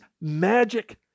magic